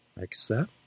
Accept